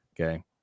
okay